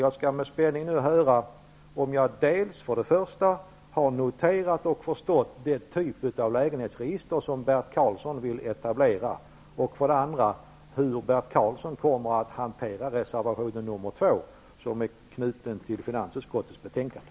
Jag skall med spänning nu höra om jag för det första har förstått vilken typ av lägenhetsregister som Bert Karlsson vill etablera och för det andra hur Bert Karlsson kommer att hantera den reservation nr 2 som är knuten till finansutskottets betänkande.